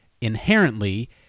inherently